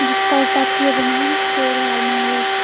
कराही तातियो भने तेल हाल्नुहोस्